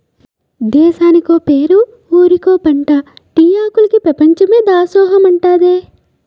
దేశానికో పేరు ఊరికో పంటా టీ ఆకులికి పెపంచమే దాసోహమంటాదే